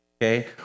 Okay